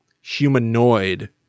humanoid